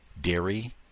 dairy